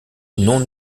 non